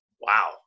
wow